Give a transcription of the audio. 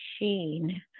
machine